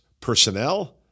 Personnel